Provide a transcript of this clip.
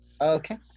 Okay